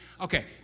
Okay